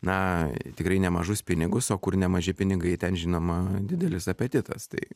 na tikrai nemažus pinigus o kur nemaži pinigai ten žinoma didelis apetitas tai